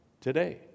today